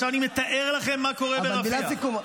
ועכשיו אני מתאר לכם מה קורה ברפיח -- אבל מילת סיכום.